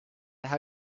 how